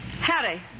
Harry